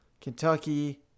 Kentucky